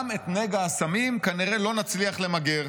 גם את נגע הסמים כנראה לא נצליח למגר.